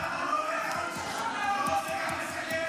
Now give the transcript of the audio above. ------ אתה לא רוצה גם לסכם?